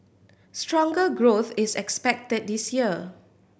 stronger growth is expected this year